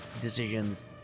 decisions